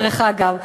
דרך אגב.